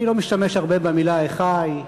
אני לא משתמש הרבה במילה "אחי",